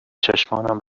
چشمانم